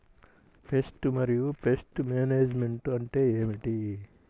Pest మరియు pest management అంటే ఏమిటి?